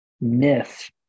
myth